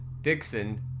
dixon